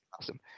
awesome